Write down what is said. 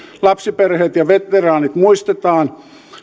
lapsiperheet ja veteraanit muistetaan